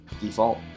Default